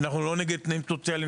אנחנו לא נגד תנאים סוציאליים,